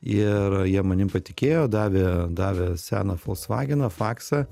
ir jie manim patikėjo davė davė seną folksvageną faksą